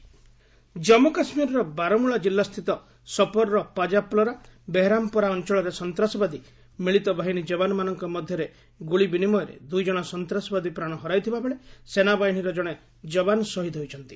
JK gun fight Jammu କାଶ୍ମୀରର ବାରମୂଳା କିଲ୍ଲାସ୍ଥିତ ସୋପୋର୍ର ପାଜାପ୍ଲୋରା ବେହରାମ୍ପୋରା ଅଞ୍ଚଳରେ ସନ୍ତାସବାଦୀ ମିଳିତ ବାହିନୀ ଯବାନମାନଙ୍କ ମଧ୍ୟରେ ଗୁଳି ବିନିମୟରେ ଦୁଇ ଜଣ ସନ୍ତାସବାଦୀ ପ୍ରାଣ ହରାଇଥିବାବେଳେ ସେନାବାହିନୀର କଣେ ଯବାନ ଶହିଦ୍ ହୋଇଛନ୍ତି